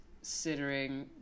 considering